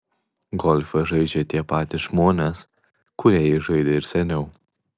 golfą žaidžia tie patys žmonės kurie jį žaidė ir seniau